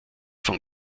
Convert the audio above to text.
von